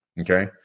okay